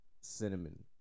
cinnamon